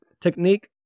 technique